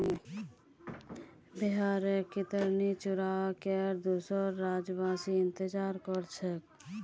बिहारेर कतरनी चूड़ार केर दुसोर राज्यवासी इंतजार कर छेक